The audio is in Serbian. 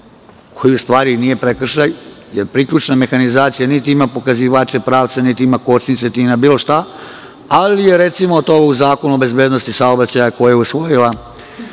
koji u stvari nije prekršaj, jer priključna mehanizacija niti ima pokazivače pravca, niti ima kočnice, niti ima bilo šta, ali je recimo, to u Zakonu o bezbednosti saobraćaja, koji je usvojila